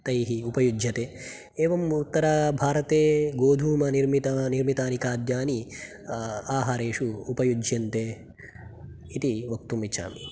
तैः उपयुज्यते एवम् उत्तरभारते गोधूमनिर्मिता निर्मितानि खाद्यानि आहारेषु उपयुज्यन्ते इति वक्तुमिच्छामि